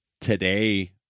today